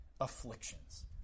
afflictions